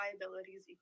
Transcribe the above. liabilities